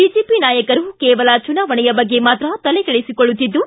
BJP ನಾಯಕರು ಕೇವಲ ಚುನಾವಣೆಯ ಬಗ್ಗೆ ಮಾತ್ರ ತಲೆಕೆಡಿಸಿಕೊಳ್ಳುತ್ತಿದ್ದು